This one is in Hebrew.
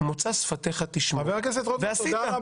מוצא שפתיך תשמור ועשית.